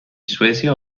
suecia